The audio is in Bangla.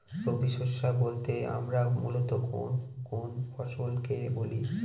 রবি শস্য বলতে আমরা মূলত কোন কোন ফসল কে বলি?